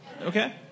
Okay